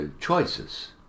choices